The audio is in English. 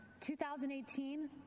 2018